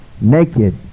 naked